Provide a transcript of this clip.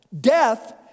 death